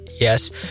Yes